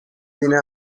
بینه